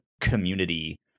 community